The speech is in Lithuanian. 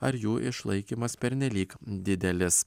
ar jų išlaikymas pernelyg didelis